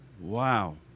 Wow